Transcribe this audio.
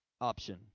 option